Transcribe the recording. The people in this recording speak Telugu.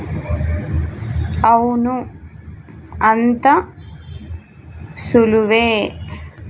అవును అంతా సులువే